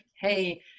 Hey